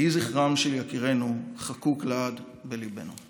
יהי זכרם של יקירינו חקוק לעד בליבנו.